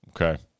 Okay